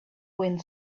wind